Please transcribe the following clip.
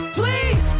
please